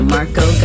Marco